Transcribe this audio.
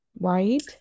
right